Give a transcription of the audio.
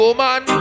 man